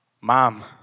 Mom